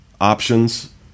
options